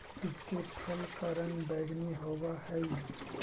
इसके फल का रंग बैंगनी होवअ हई